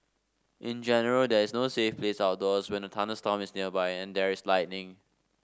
in general there is no safe place outdoors when a thunderstorm is nearby and there is lightning